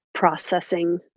processing